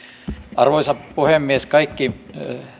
arvoisa puhemies kaikki